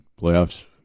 playoffs